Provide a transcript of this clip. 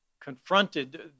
confronted